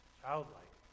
childlike